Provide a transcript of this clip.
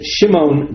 Shimon